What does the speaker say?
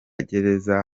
gereza